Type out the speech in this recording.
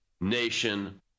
nation